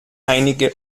einige